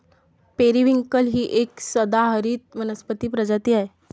periwinkle ही एक सदाहरित वनस्पती प्रजाती आहे